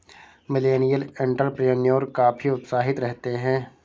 millennial entrepreneur काफी उत्साहित रहते हैं